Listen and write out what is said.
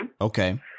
Okay